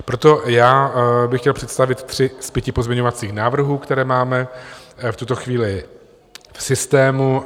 Proto bych chtěl představit tři z pěti pozměňovacích návrhů, které máme v tuto chvíli v systému.